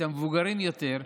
המבוגרים יותר,